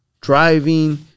driving